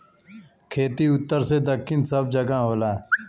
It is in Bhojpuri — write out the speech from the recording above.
खेती उत्तर से दक्खिन सब जगह होला